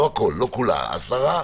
עשרה,